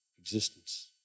existence